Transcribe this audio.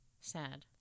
Sad